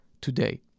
today